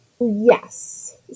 Yes